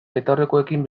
betaurrekoekin